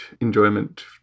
enjoyment